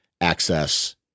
access